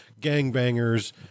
gangbangers